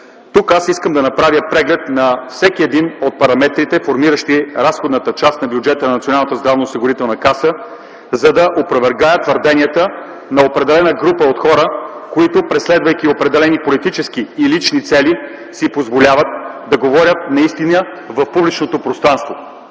Тук искам да направя преглед на всеки един от параметрите, формиращи разходната част на бюджета на Националната здравноосигурителна каса, за да опровергая твърденията на определена група от хора, които, преследвайки определени политически и лични цели, си позволяват да говорят неистини в публичното пространство.